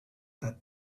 that